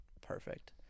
perfect